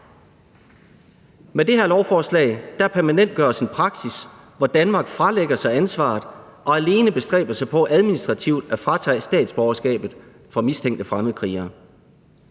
Med det her lovforslag permanentgøres en praksis, hvor Danmark fralægger sig ansvaret og alene bestræber sig på administrativt at tage statsborgerskabet fra mistænkte fremmedkrigere.